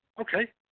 okay